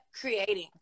creating